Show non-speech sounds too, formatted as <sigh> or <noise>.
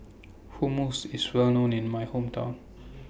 Hummus IS Well known in My Hometown <noise>